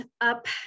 up